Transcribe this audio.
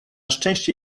szczęście